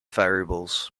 variables